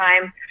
time